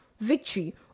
victory